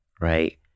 right